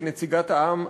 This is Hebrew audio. כנציגת העם,